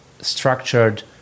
structured